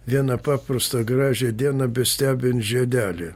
vieną paprastą gražią dieną bestebint žiedelį